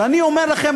ואני אומר לכם,